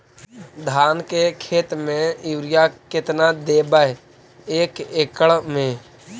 धान के खेत में युरिया केतना देबै एक एकड़ में?